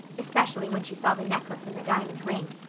especially when she saw the necklace and the diamond ring.